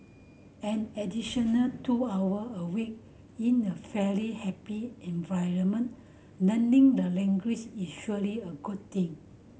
an additional two hour a week in a fairly happy environment learning the language is surely a good thing